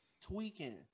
tweaking